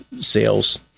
sales